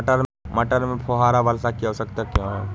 मटर में फुहारा वर्षा की आवश्यकता क्यो है?